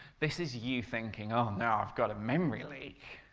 this is you thinking oh no, i've got a memory leak!